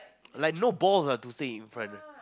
like no balls ah to say in front